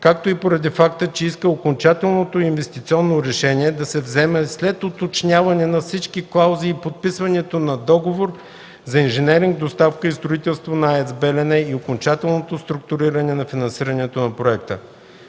както и поради факта, че иска окончателното инвестиционно решение да се вземе след уточняване на всички клаузи и подписването на договор за инженеринг, доставка и строителство на АЕЦ „Белене“ и окончателното структуриране на финансирането на проекта.